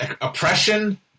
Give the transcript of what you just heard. oppression